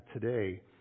today